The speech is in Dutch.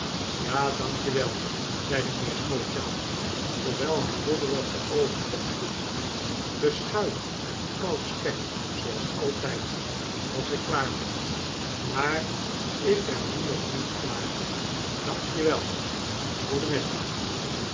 ja dank je wel zeide mynheer smallchild terwijl hij dodderig de oogen opsloeg bescbuit en koud spek zooals altijd als ik klaar ben maar ik ben nu nog niet klaar dank je wel